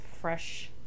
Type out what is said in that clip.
fresh